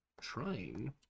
Trying